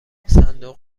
صندوق